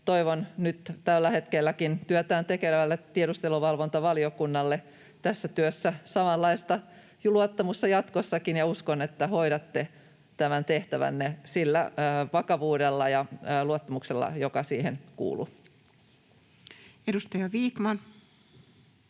toivon nyt tällä hetkelläkin työtään tekevälle tiedusteluvalvontavaliokunnalle tässä työssä samanlaista luottamusta jatkossakin, ja uskon, että hoidatte tämän tehtävänne sillä vakavuudella ja luottamuksella, mikä siihen kuuluu. [Speech